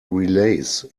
relays